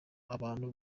abantu